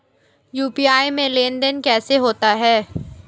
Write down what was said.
UPI में लेनदेन कैसे होता है?